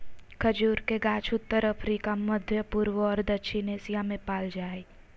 खजूर के गाछ उत्तर अफ्रिका, मध्यपूर्व और दक्षिण एशिया में पाल जा हइ